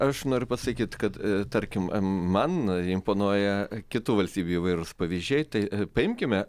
aš noriu pasakyti kad tarkim man imponuoja kitų valstybių įvairūs pavyzdžiai tai paimkime